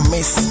Miss